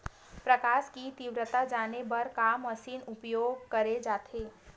प्रकाश कि तीव्रता जाने बर का मशीन उपयोग करे जाथे?